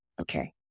Okay